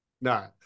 No